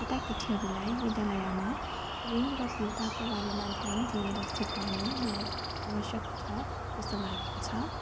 केटा केटीहरूलाई विद्यालयमा ऋण र फिर्ताको बारेमा ध्यान दिएर सिकाउनु मलाई आवश्यक छ जस्तो लागेको छ